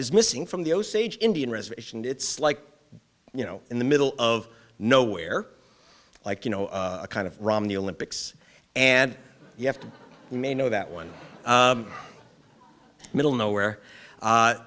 is missing from the osage indian reservation it's like you know in the middle of nowhere like you know a kind of romney olympics and you have to may know that one middle nowhere